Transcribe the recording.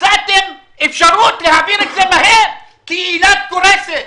מצאתם אפשרות להעביר את זה מהר כי אילת קורסת,